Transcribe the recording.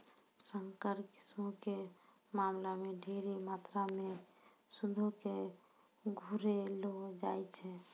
संकर किस्मो के मामला मे ढेरी मात्रामे सूदो के घुरैलो जाय छै